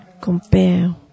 compare